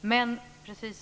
Men vi vill också,